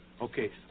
Okay